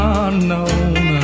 unknown